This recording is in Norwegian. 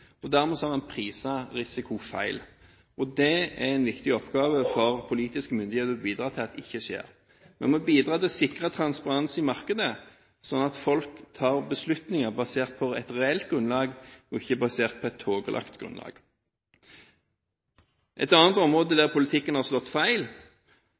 gode. Dermed har en priset risiko feil. Det er en viktig oppgave for politiske myndigheter å bidra til at det ikke skjer. Vi må bidra til å sikre transparens i markedet, slik at folk tar beslutninger basert på et reelt grunnlag og ikke på et tåkelagt grunnlag. Et annet område